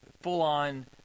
full-on